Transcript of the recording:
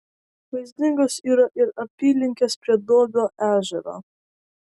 vaizdingos yra ir apylinkės prie duobio ežero